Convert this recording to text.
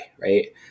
right